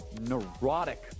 neurotic